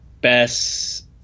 Best